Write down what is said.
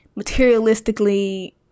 materialistically